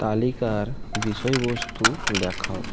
তালিকার বিষয়বস্তু দেখাও